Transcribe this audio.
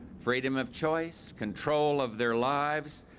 freedom of choice, control of their lives,